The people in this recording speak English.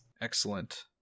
excellent